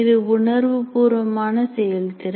இது உணர்வு பூர்வமான செயல்திறன்